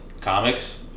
comics